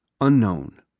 Unknown